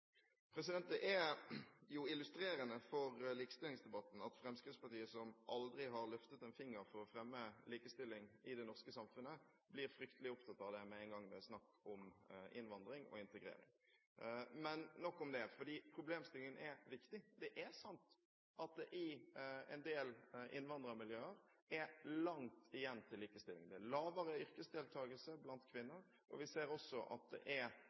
Det er jo illustrerende for likestillingsdebatten at Fremskrittspartiet, som aldri har løftet en finger for å fremme likestilling i det norske samfunnet, blir fryktelig opptatt av det med en gang det er snakk om innvandring og integrering. Men nok om det, for problemstillingen er viktig. Det er sant at det i en del innvandrermiljøer er langt igjen til likestilling. Det er lavere yrkesdeltakelse blant kvinner, og vi ser også at det er